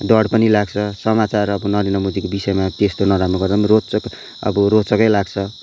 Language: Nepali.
डर पनि लाग्छ समाचार अब नरेन्द्र मोदीको विषयमा त्यस्तो नराम्रो नराम्रो रोचक अब रोचकै लाग्छ